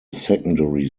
secondary